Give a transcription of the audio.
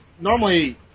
Normally